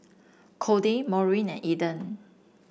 Cody Maureen and Eden